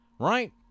right